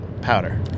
powder